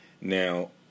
now